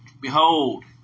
Behold